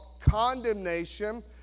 condemnation